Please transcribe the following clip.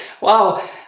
Wow